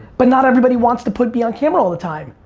but not everybody wants to put be on camera all the time.